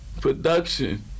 production